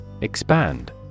Expand